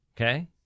Okay